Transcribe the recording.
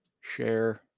Share